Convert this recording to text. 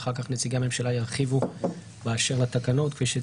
שאחר כך נציגי הממשלה ירחיבו באשר לתקנות.